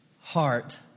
heart